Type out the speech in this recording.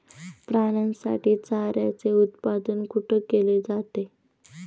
प्राण्यांसाठी चाऱ्याचे उत्पादन कुठे केले जाते?